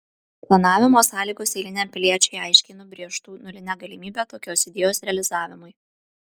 planavimo sąlygos eiliniam piliečiui aiškiai nubrėžtų nulinę galimybę tokios idėjos realizavimui